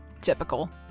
Typical